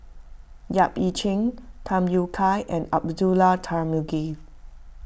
Yap Ee Chian Tham Yui Kai and Abdullah Tarmugi